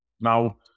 Now